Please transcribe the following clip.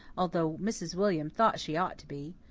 although mrs. william thought she ought to be,